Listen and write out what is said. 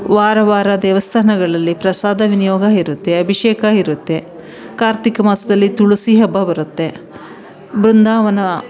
ವಾರ ವಾರ ದೇವಸ್ಥಾನಗಳಲ್ಲಿ ಪ್ರಸಾದ ವಿನಿಯೋಗ ಇರುತ್ತೆ ಅಭಿಷೇಕ ಇರುತ್ತೆ ಕಾರ್ತಿಕ್ ಮಾಸದಲ್ಲಿ ತುಳಸಿ ಹಬ್ಬ ಬರುತ್ತೆ ಬೃಂದಾವನ